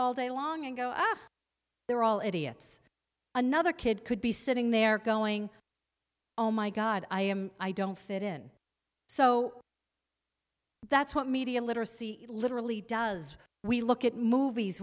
all day long and they're all idiots another kid could be sitting there going oh my god i am i don't fit in so that's what media literacy literally does we look at movies